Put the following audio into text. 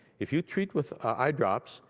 if you treat with eye drops,